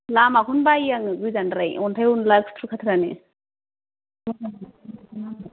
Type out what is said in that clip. लामाखौनो बायो आङो गोजानद्रायो अन्थाय अन्ला खुथ्रु खाथ्रानो